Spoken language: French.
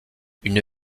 une